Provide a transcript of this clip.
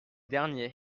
derniers